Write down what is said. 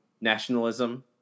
nationalism